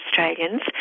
Australians